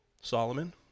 Solomon